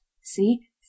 see